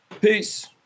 Peace